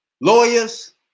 lawyers